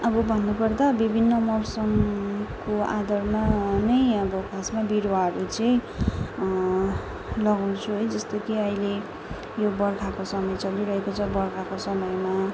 अब भन्नुपर्दा विभिन्न मौसमको आधारमा नै अब खासमा बिरूवाहरू चाहिँ लगाउँछु है जस्तो कि अहिले यो बर्खाको समय चलिरहेको छ बर्खाको समयमा